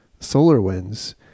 SolarWinds